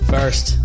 First